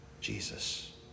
Jesus